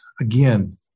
again